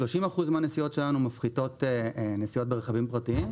30% מהנסיעות שלנו מפחיתות נסיעות ברכבים פרטיים,